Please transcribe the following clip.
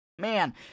man